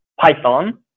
Python